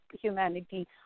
humanity